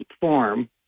form